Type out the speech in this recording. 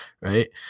right